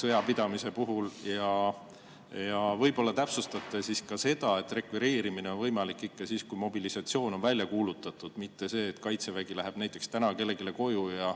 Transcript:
sõjapidamise puhul. Ja võib-olla täpsustate ka seda, et rekvireerimine on võimalik ikka siis, kui mobilisatsioon on välja kuulutatud, mitte nii, et Kaitsevägi läheb näiteks täna kellelegi koju ja